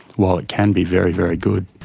while it can be very, very good,